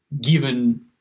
given